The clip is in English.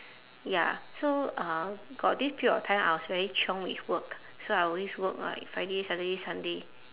ya so uh got this period of time I was very chiong with work so I always work like friday saturday sunday